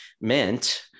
meant